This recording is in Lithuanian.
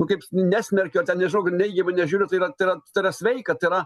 nu kaip nesmerkiu ar ten nežinau neigiamai nežiūriu tai yra tai yra tai yra sveika tai yra